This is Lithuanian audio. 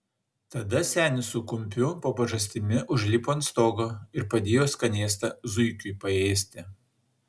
tada senis su kumpiu po pažastimi užlipo ant stogo ir padėjo skanėstą zuikiui paėsti